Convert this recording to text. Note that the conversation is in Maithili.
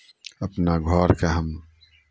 अपना घरके हम